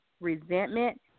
resentment